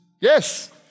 Yes